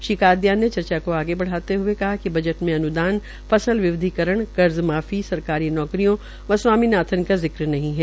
श्री कादियां ने चर्चा को आगे बढ़ाते हुए कहा कि बजट में अन्दान फसल विवधीकरण कर्ज माफी सरकारी नौकरियों व स्वामीनाथन का जिक्र नहीं है